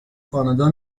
کانادا